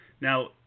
Now